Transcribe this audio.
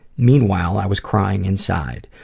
meanwhile i was crying inside.